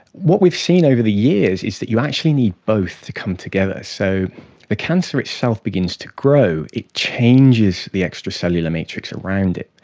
what we've seen over the years is that you actually need both to come together. so the cancer itself begins to grow, it changes the extracellular matrix around it.